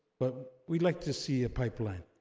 but we'd like to see a pipeline.